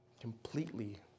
Completely